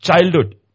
childhood